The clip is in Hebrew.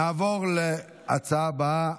נעבור להצעה הבאה,